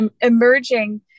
Emerging